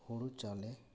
ᱦᱩᱲᱩ ᱪᱟᱣᱞᱮ